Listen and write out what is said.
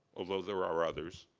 although there are others.